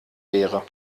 wäre